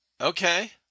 Okay